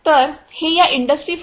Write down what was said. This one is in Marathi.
तर हे या इंडस्ट्री4